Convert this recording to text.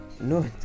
No